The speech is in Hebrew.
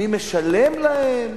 מי משלם להם.